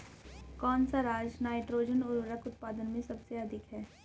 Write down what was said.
कौन सा राज नाइट्रोजन उर्वरक उत्पादन में सबसे अधिक है?